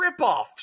ripoffs